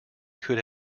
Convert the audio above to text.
could